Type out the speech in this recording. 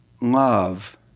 love